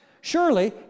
Surely